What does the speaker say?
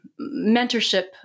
mentorship